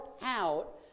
out